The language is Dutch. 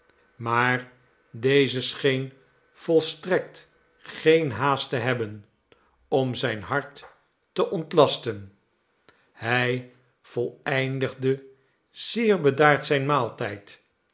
maar deze scheen volstrekt geen haast te hebben om zijn hart te ontlasten hij voleindigde zeer bedaard zijn maaltijd